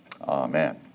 Amen